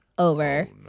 Over